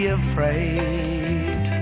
afraid